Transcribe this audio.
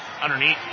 Underneath